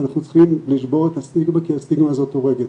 אנחנו צריכים לשבור את הסטיגמה כי הסטיגמה הזאת הורגת.